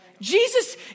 Jesus